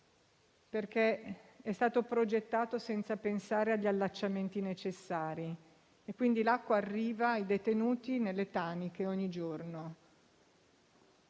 perché è stato progettato senza pensare agli allacciamenti necessari e, quindi, l'acqua arriva ai detenuti nelle taniche ogni giorno.